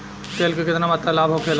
तेल के केतना मात्रा लाभ होखेला?